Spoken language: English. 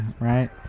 right